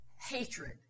hatred